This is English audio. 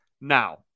Now